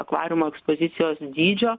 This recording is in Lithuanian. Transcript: akvariumo ekspozicijos dydžio